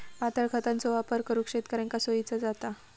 पातळ खतांचो वापर करुक शेतकऱ्यांका सोयीचा जाता